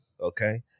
Okay